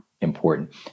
important